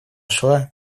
шла